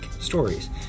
stories